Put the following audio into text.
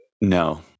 no